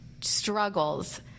struggles